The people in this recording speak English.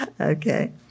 Okay